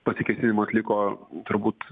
pasikėsinimą atliko turbūt